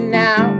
now